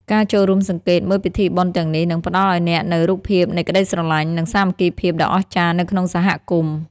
ការចូលរួមសង្កេតមើលពិធីបុណ្យទាំងនេះ នឹងផ្តល់ឱ្យអ្នកនូវរូបភាពនៃក្តីស្រឡាញ់ និងសាមគ្គីភាពដ៏អស្ចារ្យនៅក្នុងសហគមន៍។